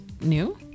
new